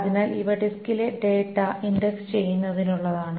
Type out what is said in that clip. അതിനാൽ ഇവ ഡിസ്കിലെ ഡാറ്റ ഇൻഡക്സ് ചെയ്യുന്നതിനുള്ളതാണ്